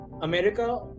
America